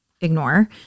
ignore